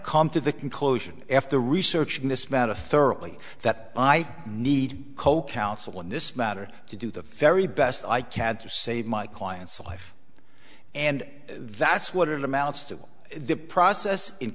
come to the conclusion f the research in this matter thoroughly that i need co counsel in this matter to do the very best i can to save my client's life and that's what it amounts to the process in